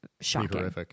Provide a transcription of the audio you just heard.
Shocking